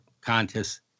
contests